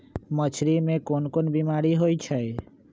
मछरी मे कोन कोन बीमारी होई छई